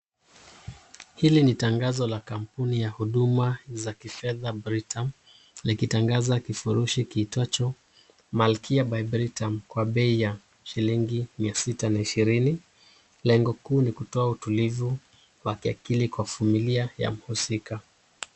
Hili ni tangazo la kampunu la huduma za kifedha Britam, likitangaza kifurushi kiitwacho Malkia by Britam, kwa bei ya shilingi 620. Lengo kuu ni kutoa utulivu kwa familia ya mhusika.